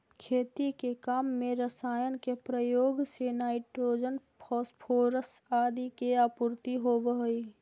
खेती के काम में रसायन के प्रयोग से नाइट्रोजन, फॉस्फोरस आदि के आपूर्ति होवऽ हई